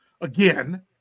again